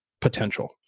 potential